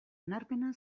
onarpena